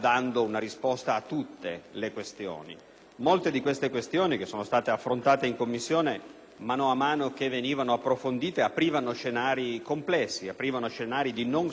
le questioni. Molte delle questioni affrontate in Commissione, man mano che venivano approfondite, aprivano scenari complessi e di non semplice soluzione.